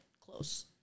close